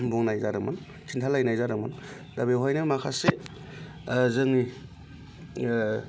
बुंनाय जादोंमोन खिन्थालायनाय जादोंमोन दा बेवहायनो माखासे जोंनि